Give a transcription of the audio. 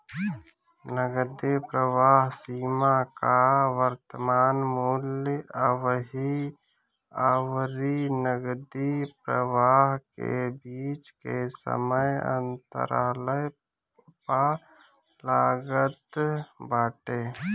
नगदी प्रवाह सीमा कअ वर्तमान मूल्य अबही अउरी नगदी प्रवाह के बीच के समय अंतराल पअ लागत बाटे